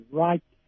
right